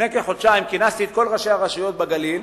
לפני כחודשיים כינסתי את כל ראשי הרשויות בגליל,